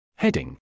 Heading